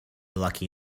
lucky